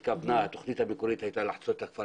התכנית המקורית הייתה לחצות את הכפר